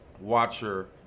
watcher